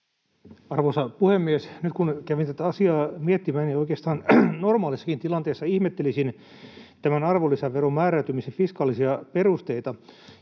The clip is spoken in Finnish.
Arvoisa puhemies! Nyt, kun kävin tätä asiaa miettimään, niin oikeastaan normaalissakin tilanteessa ihmettelisin tämän arvonlisäveron määräytymisen fiskaalisia perusteita.